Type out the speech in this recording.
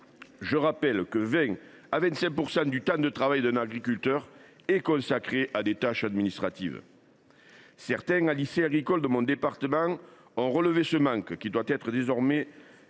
le rappelle, 20 % à 25 % du temps de travail d’un agriculteur est consacré à des tâches administratives. Certains lycées agricoles de mon département ont relevé un tel manque. Cet enjeu doit être désormais